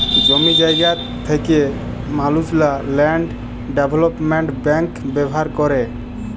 জমি জায়গা থ্যাকা মালুসলা ল্যান্ড ডেভলোপমেল্ট ব্যাংক ব্যাভার ক্যরে